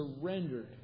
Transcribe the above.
surrendered